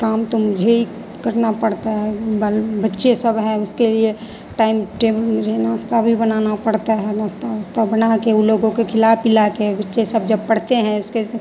काम तो मुझे ही करना पड़ता है बाल बच्चे सब हैं उसके लिए टाइम टेबुल मुझे नाश्ता भी बनाना पड़ता है नाश्ता ओस्ता बनाकर ऊ लोगों के खिला पिलाकर बच्चे सब जब पढ़ते हैं उसके से